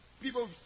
people